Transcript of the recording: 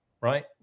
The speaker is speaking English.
Right